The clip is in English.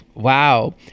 Wow